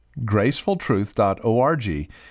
Gracefultruth.org